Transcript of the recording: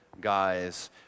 guys